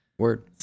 word